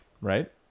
Right